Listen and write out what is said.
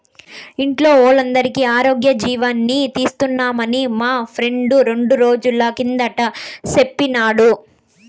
ఇంట్లో వోల్లందరికీ ఆరోగ్యజీవని తీస్తున్నామని మా ఫ్రెండు రెండ్రోజుల కిందట సెప్పినాడు